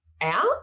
out